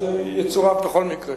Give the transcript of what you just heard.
אז יצורף בכל מקרה